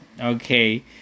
Okay